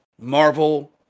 Marvel